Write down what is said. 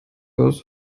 aus